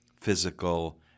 physical